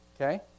okay